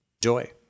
Joy